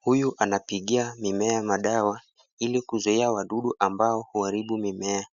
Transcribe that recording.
Huyu anapigia mimea madawa ili kuzuia wadudu ambao huaribu mimea.